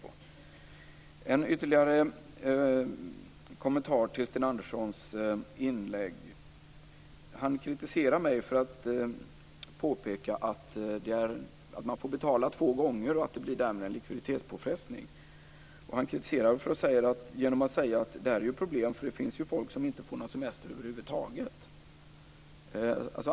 Jag har ytterligare en kommentar till Sten Anderssons inlägg. Han kritiserar mig för att påpeka att man får betala två gånger och att det därmed blir en likviditetspåfrestning. Han säger också att det här är ett problem, då det finns folk som inte får någon semester över huvud taget.